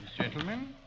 gentlemen